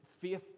faith